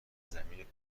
زمین